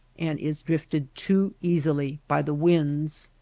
and is drifted too easily by the winds.